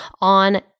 on